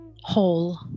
whole